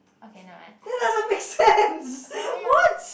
okay nevermind